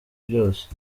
byose